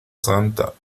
santa